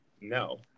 No